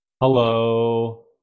Hello